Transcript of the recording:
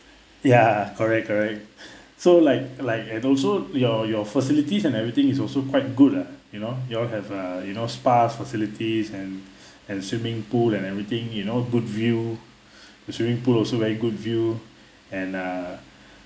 ya correct correct so like like and also your your facilities and everything is also quite good ah you know you all have err you know spa facilities and and swimming pool and everything you know good view the swimming pool also very good view and uh